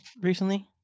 recently